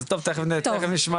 אז טוב, תיכף אנחנו נשמע